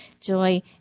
joy